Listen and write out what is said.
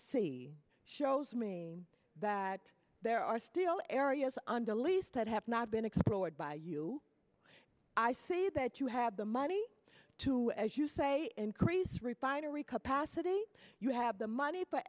see shows me that there are still areas on the lease that have not been explored by you i see that you have the money to as you say increase refinery capacity you have the money